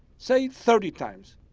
say thirty times,